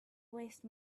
waste